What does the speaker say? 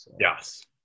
Yes